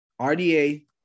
rda